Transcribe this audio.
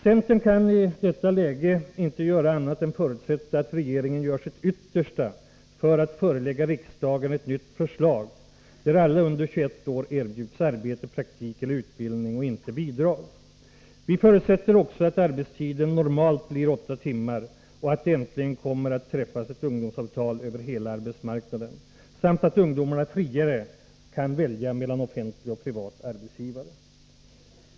Centern kan i detta läge inte göra annat än förutsätta att regeringen gör sitt yttersta för att förelägga riksdagen ett nytt förslag, där alla under 21 år erbjuds arbete, praktik eller utbildning och inte bidrag. Vi förutsätter också att arbetstiden normalt blir åtta timmar och att det äntligen kommer att träffas ett ungdomsavtal över hela arbetsmarknaden samt att ungdomarna friare kan välja mellan offentlig och privat arbetsgivare.